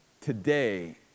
Today